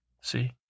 see